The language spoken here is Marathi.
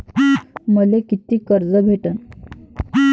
मले कितीक कर्ज भेटन?